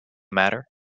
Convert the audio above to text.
matter